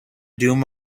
doom